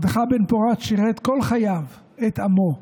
מרדכי בן-פורת שירת כל חייו את עמו,